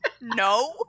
No